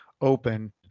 open